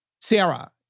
Sarah